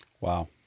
Wow